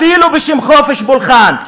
אפילו בשם חופש פולחן.